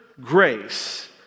grace